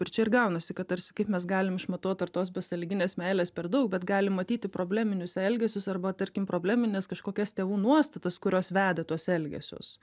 ir čia ir gaunasi kad tarsi kaip mes galim išmatuot ar tos besąlyginės meilės per daug bet galim matyti probleminius elgesius arba tarkim problemines kažkokias tėvų nuostatas kurios veda į tuos elgesius